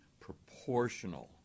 proportional